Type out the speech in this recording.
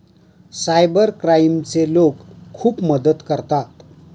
cyber क्राईमचे लोक खूप मदत करतात